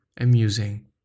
amusing